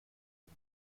dem